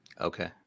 Okay